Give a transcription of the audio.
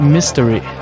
Mystery